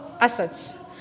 assets